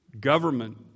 Government